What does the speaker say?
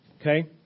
Okay